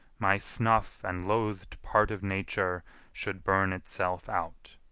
my snuff and loathed part of nature should burn itself out.